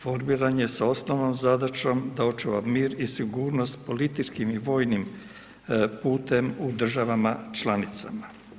Formiran je sa osnovnom zadaćom da očuva mir i sigurnost političkim i vojnim putem u državama članicama.